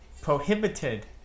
Prohibited